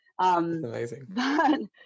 amazing